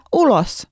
ulos